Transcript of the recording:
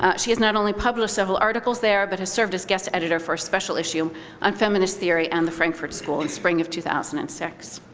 ah she has not only published several articles there, but has served as guest editor for a special issue on feminist theory and the frankfurt school in spring of two thousand and six.